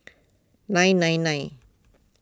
nine nine nine